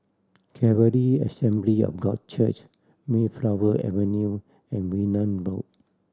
Calvary Assembly of God Church Mayflower Avenue and Wee Nam Road